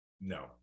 no